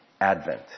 Advent